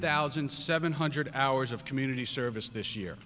thousand seven hundred hours of community service this year